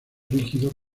rígidos